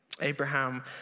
Abraham